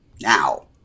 Now